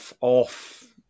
off